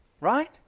Right